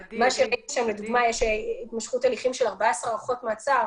שם לדוגמה שיש התמשכות הליכים של 14 הארכות מעצר,